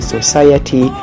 Society